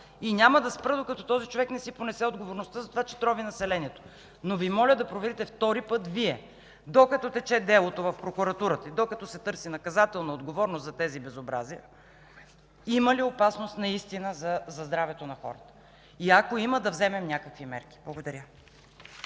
и няма да спра, докато този човек не си понесе отговорността, че трови населението. Моля Ви обаче Вие да проверите втори път, докато тече делото в прокуратурата, докато се търси наказателна отговорност за тези безобразия, има ли опасност наистина за здравето на хората? Ако има, да вземем някакви мерки. Благодаря.